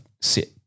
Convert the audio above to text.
sit